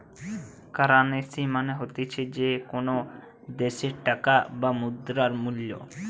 currency মানে হতিছে যে কোনো দ্যাশের টাকার বা মুদ্রার মূল্য